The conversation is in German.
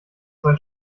zwei